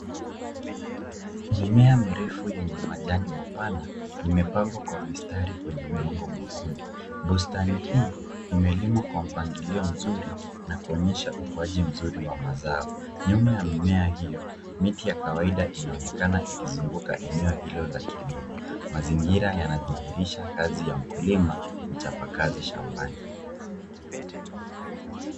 Mimea mirefu yenye majani mapana, imepangwa kwa mistari kwenye udongo mwekundu. Bustani hii, imelimwa kwa mpangilio mzuri na kuonyesha ukuaji mzuri wa mazao. Nyuma ya mimea hiyo, miti ya kawaida inaonekana ikizunguka eneo hilo la kilimo. Mazingira yanadhihirisha kazi ya mkulima, mchapakazi shambani.